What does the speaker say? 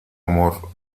amor